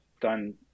done